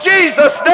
Jesus